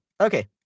okay